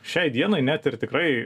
šiai dienai net ir tikrai